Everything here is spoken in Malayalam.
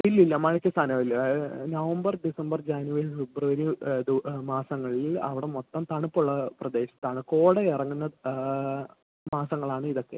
ഇല്ലില്ല മഴയ്ക്ക് സ്ഥാനമില്ല നവംബർ ഡിസംബർ ജനുവരി ഫെബ്രുവരി മാസങ്ങളിൽ അവിടെ മൊത്തം തണുപ്പുള്ള പ്രദേശത്താണ് കോട ഇറങ്ങുന്ന മാസങ്ങളാണ് ഇതൊക്കെ